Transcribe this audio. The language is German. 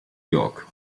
york